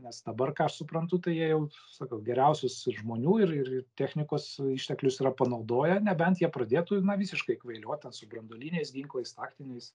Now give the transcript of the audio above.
nes dabar ką aš suprantu tai jie jau sakau geriausius ir žmonių ir ir ir technikos išteklius yra panaudoję nebent jie pradėtų na visiškai kvailiot ten su branduoliniais ginklais taktiniais